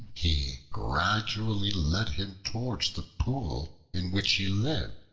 he gradually led him towards the pool in which he lived,